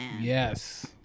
Yes